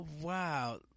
Wow